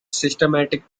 systematic